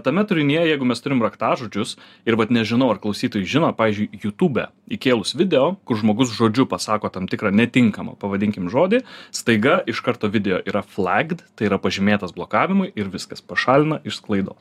tame turinyje jeigu mes turim raktažodžius ir vat nežinau ar klausytojai žino pavyzdžiui jutube įkėlus video kur žmogus žodžiu pasako tam tikrą netinkamą pavadinkim žodį staiga iš karto video yra flagged tai yra pažymėtas blokavimui ir viskas pašalina išsklaido